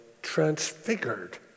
transfigured